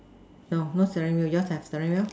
no no steering wheel yours have steering wheel